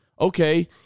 Okay